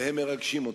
והם מרגשים אותי.